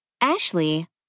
Ashley